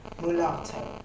mulatto